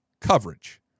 coverage